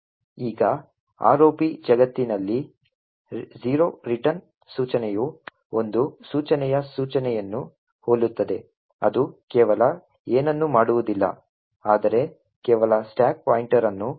ಈಗ ROP ಜಗತ್ತಿನಲ್ಲಿ return ಸೂಚನೆಯು ಒಂದು ಸೂಚನೆಯ ಸೂಚನೆಯನ್ನು ಹೋಲುತ್ತದೆ ಅದು ಕೇವಲ ಏನನ್ನೂ ಮಾಡುವುದಿಲ್ಲ ಆದರೆ ಕೇವಲ ಸ್ಟಾಕ್ ಪಾಯಿಂಟರ್ ಅನ್ನು ಹೆಚ್ಚಿಸುತ್ತದೆ